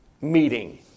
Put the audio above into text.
meeting